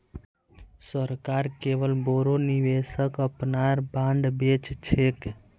सरकार केवल बोरो निवेशक अपनार बॉन्ड बेच छेक